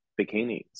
bikinis